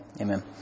Amen